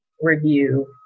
review